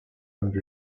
and